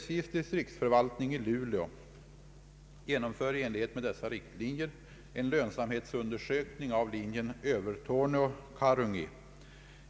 SJ:s distriktsförvaltning i Luleå genomför i enlighet med dessa riktlinjer en lönsamhetsundersökning av linjen Övertorneå—Karungi.